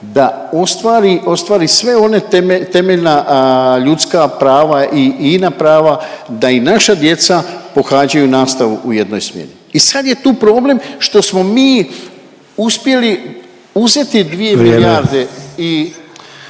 ostvari sve one temeljna ljudska prava i ina prava da i naša djeca pohađaju nastavu u jednoj smjeni i sad je tu problem što smo mi uspjeli uzeti 2 milijarde…/Upadica